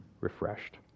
refreshed